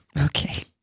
Okay